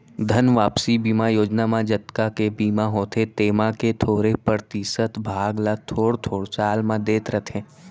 धन वापसी बीमा योजना म जतका के बीमा होथे तेमा के थोरे परतिसत भाग ल थोर थोर साल म देत रथें